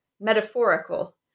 metaphorical